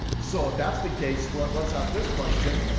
so if that's the case, let's ask this question.